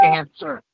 answer